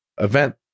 event